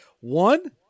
One